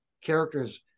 characters